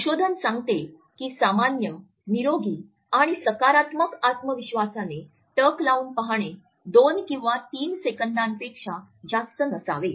संशोधन सांगते की सामान्य निरोगी आणि सकारात्मक आत्मविश्वासाने टक लावून पाहणे 2 किंवा 3 सेकंदांपेक्षा जास्त नसावे